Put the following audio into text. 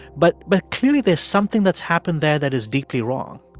but but clearly there's something that's happened there that is deeply wrong